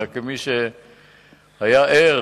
אלא כמי שהיה ער